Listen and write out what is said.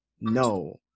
No